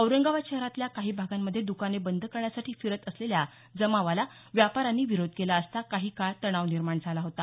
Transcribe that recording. औरंगाबाद शहरातल्या काही भागांमध्ये दुकाने बंद करण्यासाठी फिरत असलेल्या जमावाला व्यापाऱ्यांनी विरोध केला असता काही काळ तणाव निर्माण झाला होता